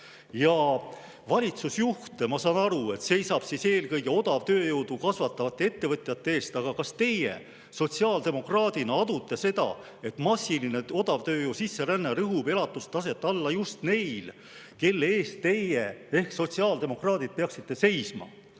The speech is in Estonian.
valitsuse ajal. Ma saan aru, et valitsusjuht seisab eelkõige odavtööjõudu kasutavate ettevõtjate eest. Aga kas teie sotsiaaldemokraadina adute, et massiline odavtööjõu sisseränne rõhub elatustaset alla just neil, kelle eest teie ehk sotsiaaldemokraadid peaksite seisma: